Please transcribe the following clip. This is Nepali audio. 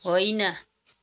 होइन